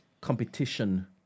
competition